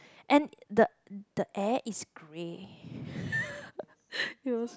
and the the air is grey